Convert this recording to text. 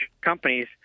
companies